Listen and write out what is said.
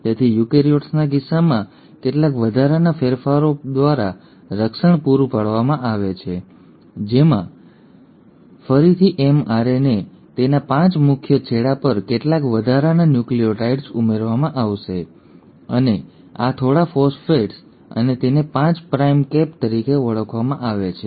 તેથી યુકેરીયોટ્સના કિસ્સામાં કેટલાક વધારાના ફેરફારો દ્વારા રક્ષણ પૂરું પાડવામાં આવે છે જેમાં ફરીથી એમઆરએનએ તેના 5 મુખ્ય છેડા પર કેટલાક વધારાના ન્યુક્લિઓટાઇડ્સ ઉમેરવામાં આવશે અને આ અને થોડા ફોસ્ફેટ્સ અને તેને 5 પ્રાઇમ કેપ તરીકે ઓળખવામાં આવે છે